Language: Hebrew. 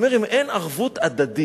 אני אומר: אם אין ערבות הדדית,